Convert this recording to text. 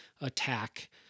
attack